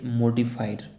modified